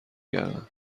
کردند